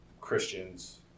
Christians